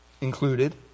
included